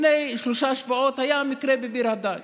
לפני שלושה שבועות היה מקרה בביר הדאג'.